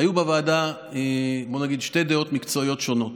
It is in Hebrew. היו בוועדה, בואו נגיד, שתי דעות מקצועיות שונות,